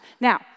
Now